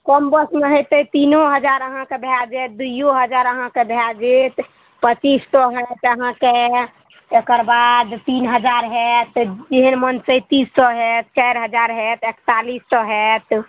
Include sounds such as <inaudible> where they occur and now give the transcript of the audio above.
कम बसमे हेतै तीनो हजार अहाँके भए जायत दुइओ हजार अहाँके भए जायत पच्चीस सए होयत अहाँके एकर बाद तीन हजार होयत <unintelligible> पैंतीस सए होयत चारि हजार होयत एकतालीस सए होयत